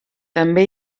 també